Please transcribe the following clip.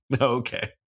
Okay